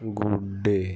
good day'